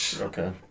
Okay